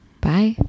bye